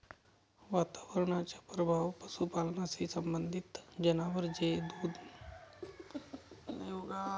वातावरणाचा प्रभाव पशुपालनाशी संबंधित जनावर जे दूध, मांस यासाठी पाळले जाणारे जनावर आहेत त्यांच्यावर होतो